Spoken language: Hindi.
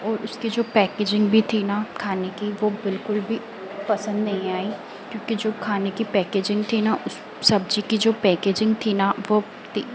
और उसकी जो पैकेजिंग भी थी ना खाने की वह बिल्कुल भी पसंद नहीं आई क्योंकि जो खाने की पैकेजिंग थी ना उस सब्ज़ी की जो पैकेजिंग थी ना वह ती